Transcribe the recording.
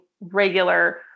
regular